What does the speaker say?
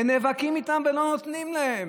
נאבקים איתם ולא נותנים להם.